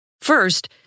First